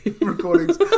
Recordings